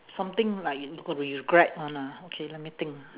something like you got to regret [one] ah okay let me think